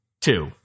two